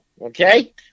Okay